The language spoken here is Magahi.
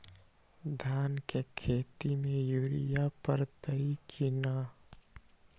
धान के खेती में यूरिया परतइ कि न?